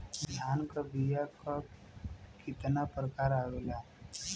धान क बीया क कितना प्रकार आवेला?